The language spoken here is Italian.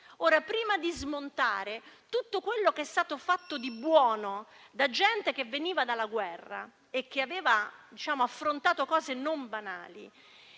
Ora, prima di smontare tutto quello che è stato fatto di buono da gente che veniva dalla guerra e che aveva affrontato cose non banali,